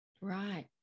Right